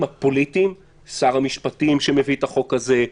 הפוליטיים שר המשפטים שמביא את החוק הזה,